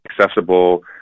accessible